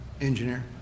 engineer